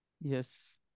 Yes